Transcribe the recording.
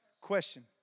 Question